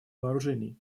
вооружений